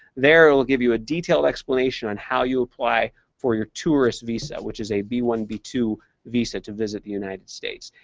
there, it will give you a detailed explanation on how you apply for your tourist visa which is a b one b two visa to visit the united states.